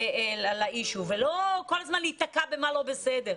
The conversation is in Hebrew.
לאישיו ולא כל הזמן להיתקע מה לא בסדר.